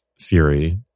theory